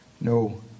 no